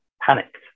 panicked